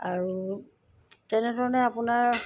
আৰু তেনেধৰণে আপোনাৰ